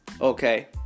Okay